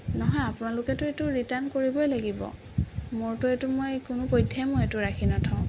নহয় আপোনালোকেতো এইটো ৰিটাৰ্ন কৰিবই লাগিব মোৰতো এইটো মই কোনো পধ্যেই মই এইটো ৰাখি নথওঁ